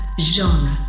genre